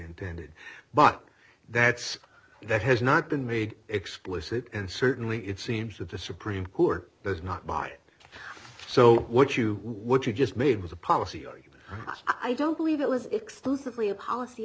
intended but that's that has not been made explicit and certainly it seems that the supreme court has not bought it so what you what you just made was a policy ari i don't believe it was exclusively a policy